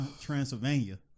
Transylvania